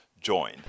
join